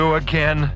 again